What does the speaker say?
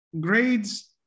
Grades